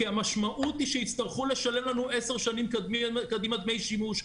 כי המשמעות היא שיצטרכו לשלם לנו עשר שנים קדימה דמי שימוש,